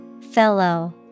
Fellow